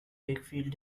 wakefield